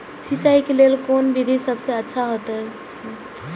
सिंचाई क लेल कोन विधि सबसँ अच्छा होयत अछि?